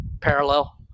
parallel